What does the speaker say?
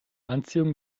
anziehung